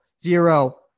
Zero